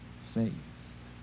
faith